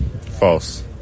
False